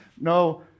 no